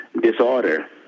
disorder